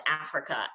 africa